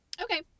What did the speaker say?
Okay